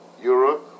Europe